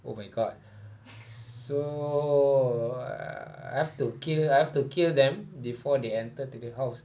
oh my god so uh I have to kill I have to kill them before they enter to the house